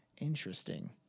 Interesting